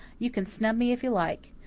you can snub me if you like.